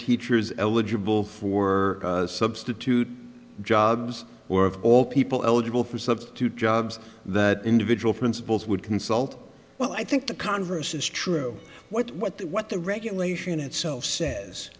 teachers eligible for substitute jobs or of all people eligible for substitute jobs that individual principals would consult well i think the converse is true what the what the regulation itself says